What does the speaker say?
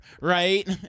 right